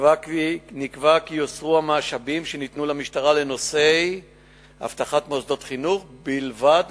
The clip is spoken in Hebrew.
נקבע כי יוסרו המשאבים שניתנו למשטרה לנושא אבטחת מוסדות חינוך בלבד,